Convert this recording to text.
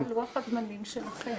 מה לוח הזמנים שלכם?